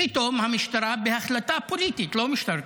פתאום המשטרה, בהחלטה פוליטית, לא משטרתית,